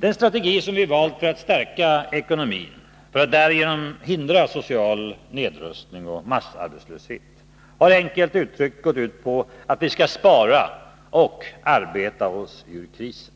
Den strategi som vi valt för att stärka ekonomin, för att därigenom hindra social nedrustning och massarbetslöshet, har enkelt uttryckt gått ut på att vi skall spara och arbeta oss ut ur krisen.